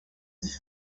iri